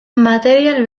material